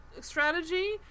strategy